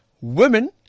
women